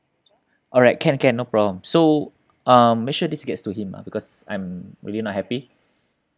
alright can can no problem so um make sure this gets to him ah because I'm really not happy